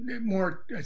more